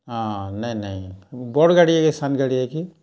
ହଁ ନାଇଁ ନାଇଁ ବଡ଼୍ ଗାଡ଼ି ଏ କି ସାନ୍ ଗାଡ଼ି ଏ କି